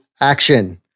action